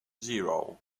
zero